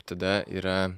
tada yra